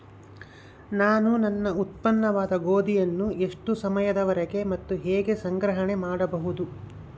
ನಾನು ನನ್ನ ಉತ್ಪನ್ನವಾದ ಗೋಧಿಯನ್ನು ಎಷ್ಟು ಸಮಯದವರೆಗೆ ಮತ್ತು ಹೇಗೆ ಸಂಗ್ರಹಣೆ ಮಾಡಬಹುದು?